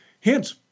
Hence